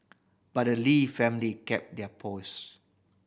but the Lee family kept their poise